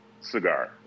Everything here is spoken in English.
cigar